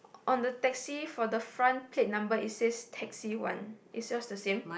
on the taxi for the front plate number it says taxi one is yours the same